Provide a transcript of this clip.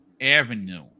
avenue